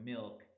milk